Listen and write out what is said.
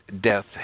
death